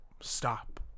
stop